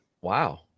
wow